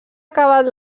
acabat